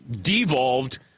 devolved